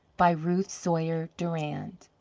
by ruth sawyer durand